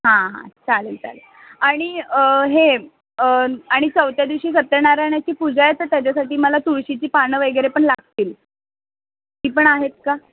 हां हां चालेल चालेल आणि हे आणि चौथ्या दिवशी सत्यनारायणाची पूजा आहे तर त्याच्यासाठी मला तुळशीची पानं वगैरे पण लागतील ती पण आहेत का